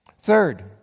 Third